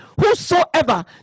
whosoever